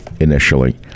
initially